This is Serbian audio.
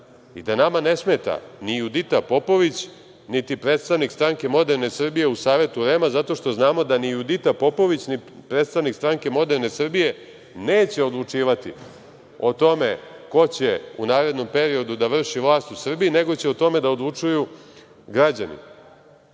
i da nama ne smeta ni Judita Popović, niti predstavnik SMS u Savetu REM-a, zato što znamo da ni Judita Popović, ni predstavnik SMS neće odlučivati o tome ko će u narednom periodu da vrši vlast u Srbiji, nego će o tome da odlučuju građani. Opet,